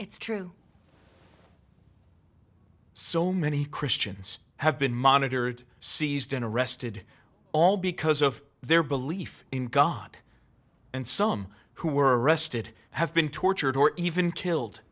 it's true so many christians have been monitored seized and arrested all because of their belief in god and some who were arrested have been tortured or even killed